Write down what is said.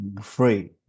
free